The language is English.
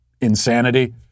insanity